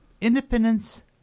Independence